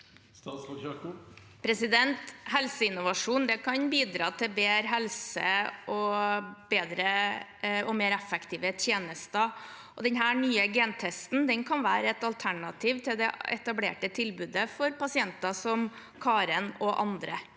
Helseinnova- sjon kan bidra til bedre helse og bedre og mer effektive tjenester. Denne nye gentesten kan være et alternativ til det etablerte tilbudet for pasienter som Karen og andre.